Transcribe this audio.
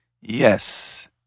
Yes